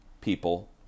people